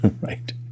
Right